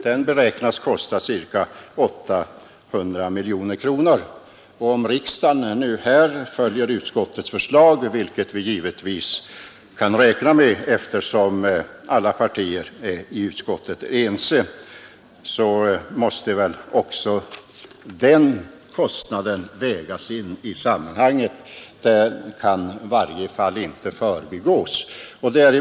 Den beräknas kosta ca 800 miljoner kronor, och om riksdagen nu följer utskottets förslag, vilket vi givetvis kan räkna med eftersom alla partier i utskottet är ense om den saken, måste väl även den kostnaden vägas in i sammanhanget. Den kan i varje fall inte förbigås.